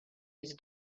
his